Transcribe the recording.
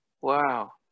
Wow